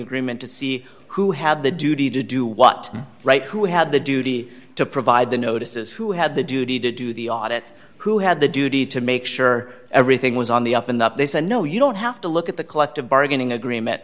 agreement to see who had the duty to do what right who had the duty to provide the notices who had the duty to do the audit who had the duty to make sure everything was on the up and up they said no you don't have to look at the collective bargaining agreement